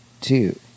two